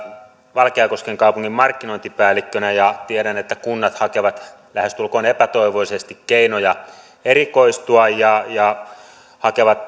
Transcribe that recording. valkeakosken kaupungin markkinointipäällikkönä ja tiedän että kunnat hakevat lähestulkoon epätoivoisesti keinoja erikoistua ja ja hakevat